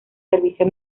servicio